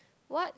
what